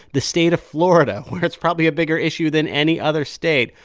the state of florida, where it's probably a bigger issue than any other state,